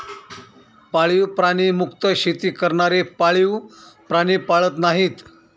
पाळीव प्राणी मुक्त शेती करणारे पाळीव प्राणी पाळत नाहीत